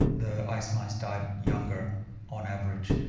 the ice mice died younger on average,